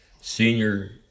senior